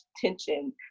tension